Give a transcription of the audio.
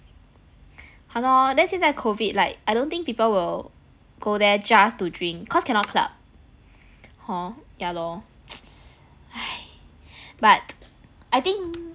!hannor! then 现在 COVID like I don't think people will go there just to drink cause cannot club [ho] yeah lor but I think